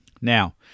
now